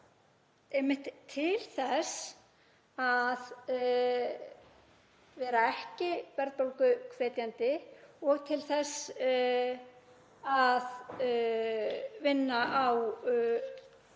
til þess að vera ekki verðbólguhvetjandi og til þess að vinna á